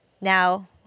now